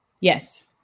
Yes